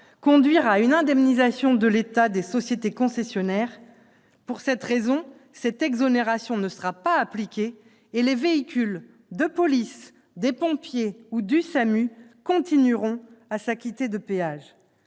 conduire à une indemnisation par l'État des sociétés concessionnaires. Pour cette raison, cette exonération ne sera pas appliquée et les véhicules de police, des pompiers ou du SAMU continueront de s'acquitter des péages